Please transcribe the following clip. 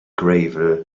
gravel